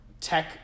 Tech